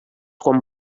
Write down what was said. quan